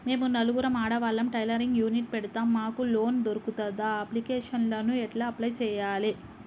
మేము నలుగురం ఆడవాళ్ళం టైలరింగ్ యూనిట్ పెడతం మాకు లోన్ దొర్కుతదా? అప్లికేషన్లను ఎట్ల అప్లయ్ చేయాలే?